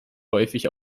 häufig